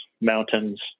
mountains